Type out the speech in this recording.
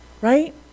Right